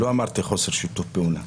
לא אמרתי חוסר שיתוף פעולה.